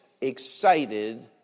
excited